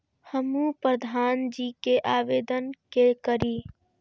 हमू प्रधान जी के आवेदन के करी?